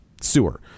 sewer